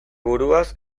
buruaz